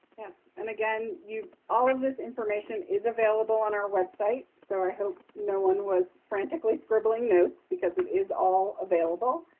yes, and again, all of this information is available on our website. so i hope no one was frantically scribbling notes, because it is all available.